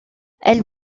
elle